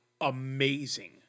amazing